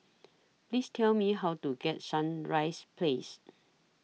Please Tell Me How to get Sunrise Place